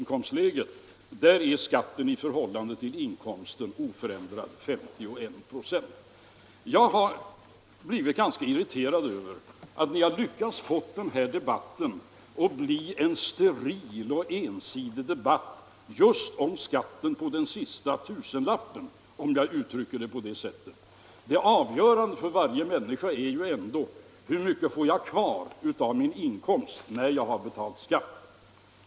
inkomst är skatten oförändrad, 51 96. Jag har blivit ganska irriterad över att ni har lyckats få denna debatt att bli en steril och ensidig diskussion just om skatten på den sista tusenlappen. Det avgörande för varje människa är ändå hur mycket man får kvar av sin inkomst när man har betalat skatt.